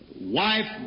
wife